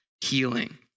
healing